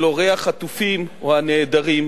של הורי החטופים, או הנעדרים,